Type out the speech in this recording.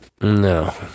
No